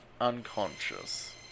Unconscious